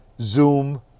Zoom